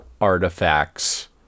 artifacts